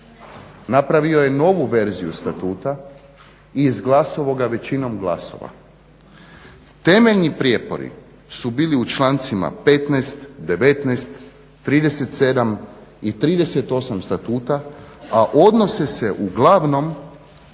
napravio je novu verziju statuta i izglasao ga većinom glasova. Temeljni prijepori su bili u člancima 15, 190 37 i 38 statuta a odnose se uglavnom